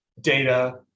data